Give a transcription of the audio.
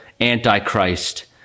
Antichrist